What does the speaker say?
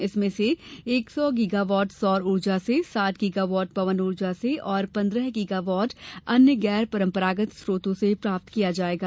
इसमें से एक सौ गीगा वॉट सौर ऊर्जा से साठ गीगा वॉट पवन ऊर्जा से और पंद्रह गीगा वॉट अन्य गैर परंपरागत स्रोतों से किया जाएगा